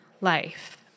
life